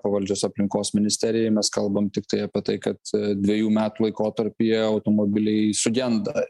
pavaldžios aplinkos ministerijai mes kalbam tiktai apie tai kad dvejų metų laikotarpyje automobiliai sugenda